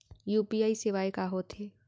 UPI सेवाएं का होथे?